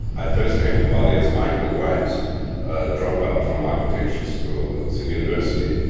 i first came to bali as michael white, a dropout from architecture school at sydney university,